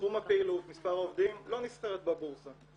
תחום הפעילות, מספר העובדים, לא נסחרת בבורסה.